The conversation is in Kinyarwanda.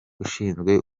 ushinzwe